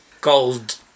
gold